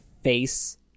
face